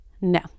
No